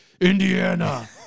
Indiana